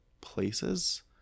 places